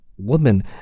Woman